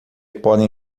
podem